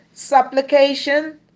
supplication